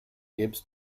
gibbs